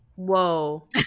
whoa